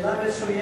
שאלה מצוינת.